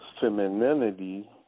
femininity